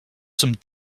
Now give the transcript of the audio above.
some